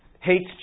hates